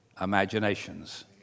imaginations